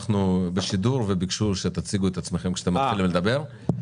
אנחנו בשידור וביקשו שתציגו את עצמכם כשאתם מתחילים לדבר,